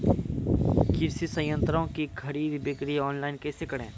कृषि संयंत्रों की खरीद बिक्री ऑनलाइन कैसे करे?